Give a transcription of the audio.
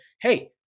hey